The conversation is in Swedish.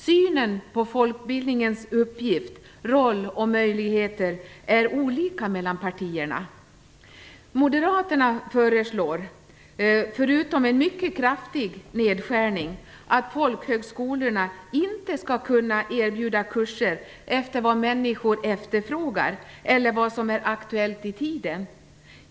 Synen på folkbildningens uppgift, roll och möjligheter är olika mellan partierna. Moderaterna föreslår förutom en mycket kraftig nedskärning att folkhögskolorna inte skall kunna erbjuda kurser efter vad människor efterfrågar eller efter vad som är aktuellt i tiden.